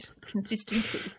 consistency